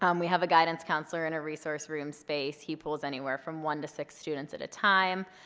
um we have a guidance counselor in a resource room space. he pulls anywhere from one to six students at a time.